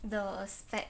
the aspect